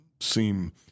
seem